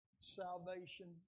salvation